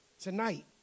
tonight